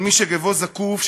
אבל מי שגוו זקוף,